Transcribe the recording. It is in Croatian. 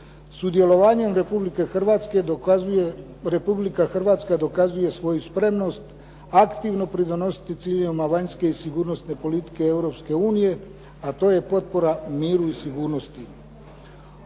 Sudjelovanjem Republika Hrvatska dokazuje svoju spremnost aktivno pridonositi ciljevima vanjske i sigurnosne politike Europske unije, a to je potpora miru i sigurnosti.